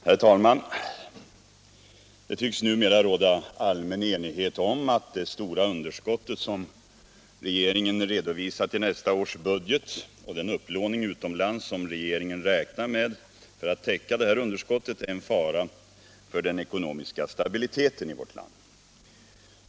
Herr talman! Det tycks numera råda allmän enighet om att det stora underskott som regeringen redovisar i nästa års budget och den upplåning utomlands som regeringen räknar med för att täcka detta underskott är en fara för den ekonomiska stabiliteten i vårt land.